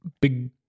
big